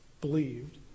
believed